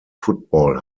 football